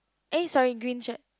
eh sorry green shirt